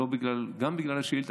גם בגלל השאילתה,